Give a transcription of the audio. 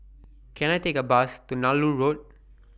Can I Take A Bus to Nallur Road